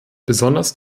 besonders